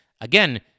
Again